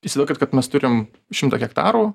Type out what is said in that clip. įsivaizduokit kad mes turim šimtą hektarų